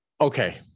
Okay